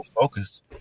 focus